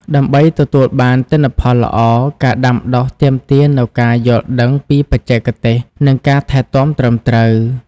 ដើម្បីទទួលបានទិន្នផលល្អ ការដាំដុះទាមទារនូវការយល់ដឹងពីបច្ចេកទេស និងការថែទាំត្រឹមត្រូវ។